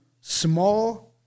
small